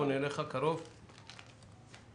משרד